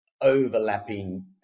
overlapping